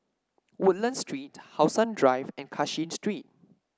Woodlands Street How Sun Drive and Cashin Street